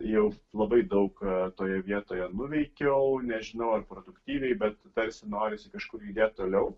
jau labai daug toje vietoje nuveikiau nežinau ar produktyviai bet tarsi norisi kažkur judėt toliau